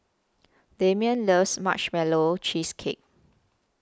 Damien loves Marshmallow Cheesecake